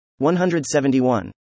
171